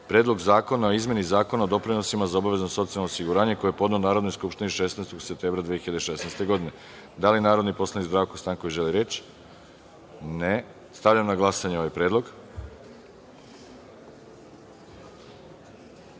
Predlog zakona o izmeni Zakona o doprinosima za obavezno socijalno osiguranje, koji je podneo Narodnoj skupštini 16. septembra 2016. godine. Da li narodni poslanik Zdravko Stanković, želi reč? (Ne.)Stavljam na glasanje ovaj